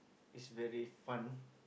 is very fun